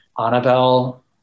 Annabelle